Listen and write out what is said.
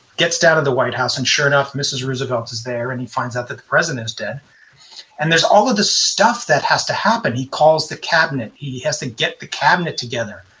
gets down to the white house, and sure enough, mrs. roosevelt is there. and he finds out that the president's dead and there's all of this stuff that has to happen. he calls the cabinet. he has to get the cabinet together.